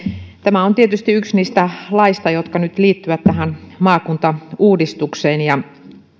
tämä on tietysti yksi niistä laeista jotka nyt liittyvät tähän maakuntauudistukseen